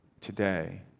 today